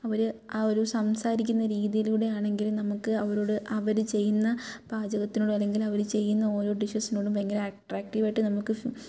അവർ ആ ഒരു സംസാരിക്കുന്ന രീതിയിലൂടെ ആണെങ്കിലും നമുക്ക് അവരോട് അവർ ചെയ്യുന്ന പാചകത്തിനോട് അല്ലെങ്കിൽ അവർ ചെയ്യുന്ന ഓരോ ഡിഷെസിനോടും ഭയങ്കര അട്ട്രാക്റ്റീവ് ആയിട്ട് നമുക്ക്